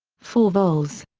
four vols.